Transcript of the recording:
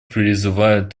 призывает